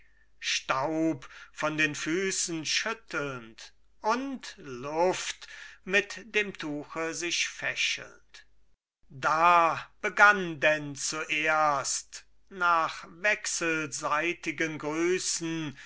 staub von den füßen schüttelnd und luft mit dem tuche sich fächelnd da begann denn zuerst nach wechselseitigen grüßen